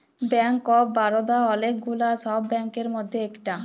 bank of Baroda ওলেক গুলা সব ব্যাংকের মধ্যে ইকটা